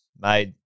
made